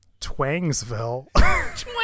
twangsville